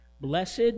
Blessed